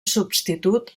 substitut